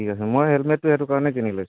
ঠিক আছে মই হেলমেটতো সেইটো কাৰণে কিনি লৈছোঁ